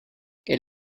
elle